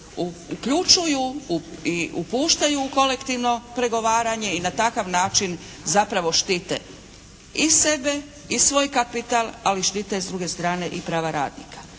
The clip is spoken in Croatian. uključuju i upuštaju u kolektivno pregovaranje i na takav način zapravo štite i sebe i svoj kapital ali štite s druge strane i prava radnika.